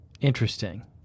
Interesting